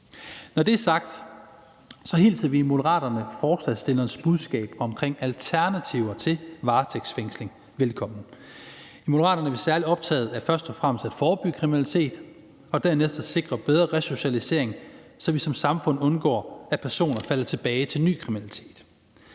Når det er sagt, hilser vi i Moderaterne forslagsstillernes budskab omkring alternativer til varetægtsfængsling velkommen. I Moderaterne er vi særlig optaget af først og fremmest at forebygge kriminalitet og dernæst at sikre bedre resocialisering, så vi som samfund undgår, at personer falder tilbage til ny kriminalitet.